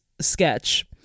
sketch